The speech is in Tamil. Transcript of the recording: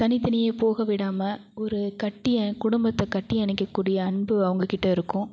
தனித்தனியே போகவிடாமல் ஒரு கட்டி குடும்பத்தை கட்டி அணைக்கக்கூடிய அன்பு அவங்கக்கிட்ட இருக்கும்